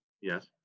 Yes